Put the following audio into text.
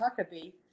Huckabee